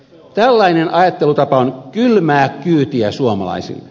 tällainen ajattelutapa on kylmää kyytiä suomalaisille